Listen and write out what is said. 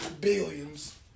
Billions